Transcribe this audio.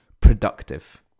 productive